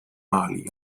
mali